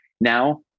Now